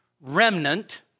remnant